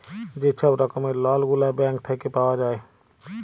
যে ছব রকমের লল গুলা ব্যাংক থ্যাইকে পাউয়া যায়